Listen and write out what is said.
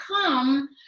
come